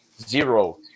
zero